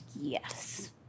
Yes